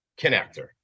Connector